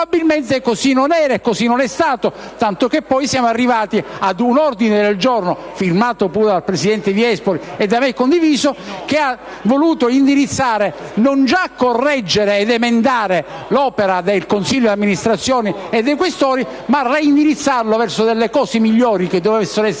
Probabilmente così non è e così non è stato, tanto che poi siamo arrivati ad un ordine del giorno, firmato pure dal presidente Viespoli e da me condiviso, che ha voluto indirizzare, non già correggere ed emendare, l'opera del Consiglio di Presidenza e dei senatori Questori verso cose migliori che debbano essere fatte